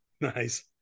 Nice